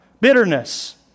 bitterness